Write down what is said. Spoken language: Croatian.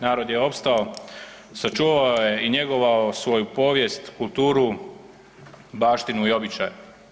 Narod je opstao, sačuvao je i njegovao svoju povijest, kulturu, baštinu i običaje.